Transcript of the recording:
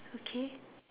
okay